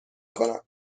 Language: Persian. کنم